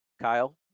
Kyle